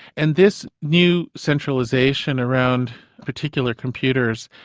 and this new centralisation around particular computers,